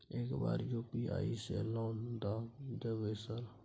एक बार यु.पी.आई से लोन द देवे सर?